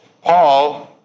Paul